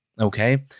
okay